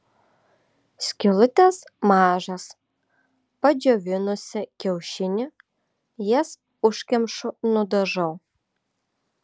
skylutės mažos padžiovinusi kiaušinį jas užkemšu nudažau